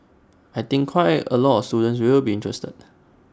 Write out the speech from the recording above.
I think quite A lot of students will be interested